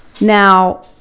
Now